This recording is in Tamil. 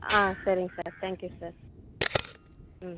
ஆ சரிங் சார் தேங்க் யூ சார் ம்